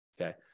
okay